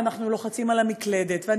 ואנחנו לוחצים על המקלדת,